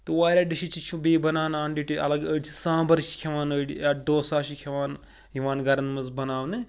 تہٕ واریاہ ڈِشِز تہِ چھِ بیٚیہِ بَنان آن ڈٕٹے اَلَگ أڑۍ چھِ سامبَر چھِ کھٮ۪وان أڑۍ یا ڈوسا چھِ کھٮ۪وان یِوان گَرَن منٛز بَناونہٕ